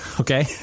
okay